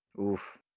Oof